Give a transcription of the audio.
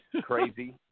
Crazy